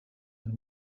and